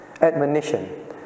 admonition